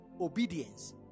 obedience